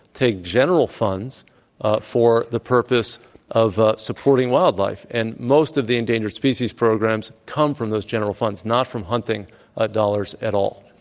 take general funds for the purpose of supporting wildlife and most of the endangered species programs come from those general funds, not from hunting ah dollars at all.